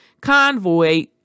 convoy